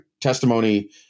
testimony